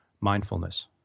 mindfulness